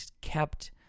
kept